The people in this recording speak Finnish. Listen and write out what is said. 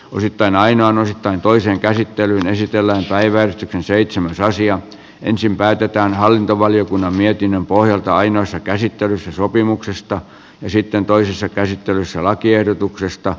vuosittain aina on osittain toisen käsittelyn esitellään päivän seitsemäs asia ensin päätetään hallintovaliokunnan mietinnön pohjalta ainoassa käsittelyssä sopimuksesta ja sitten toisessa käsittelyssä lakiehdotuksesta